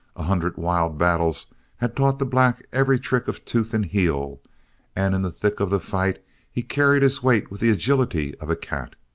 a hundred wild battles had taught the black every trick of tooth and heel and in the thick of the fight he carried his weight with the agility of a cat